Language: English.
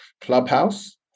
Clubhouse